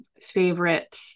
favorite